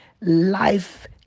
life